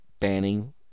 banning